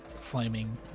flaming